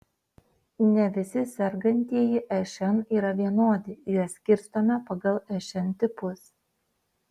ne visi sergantieji šn yra vienodi juos skirstome pagal šn tipus